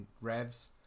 Revs